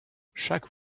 chaque